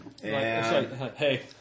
hey